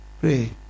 Pray